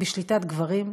בשליטת גברים.